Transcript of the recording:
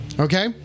Okay